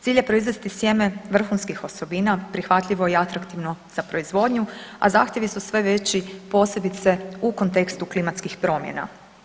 Cilj je proizvesti sjeme vrhunskih osobina, prihvatljivo i atraktivno za proizvodnju, a zahtjevi su sve veći, posebice u kontekstu klimatskih promjena.